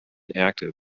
active